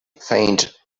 faint